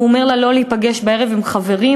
הוא אומר לה לא להיפגש בערב עם חברים,